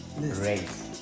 race